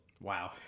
wow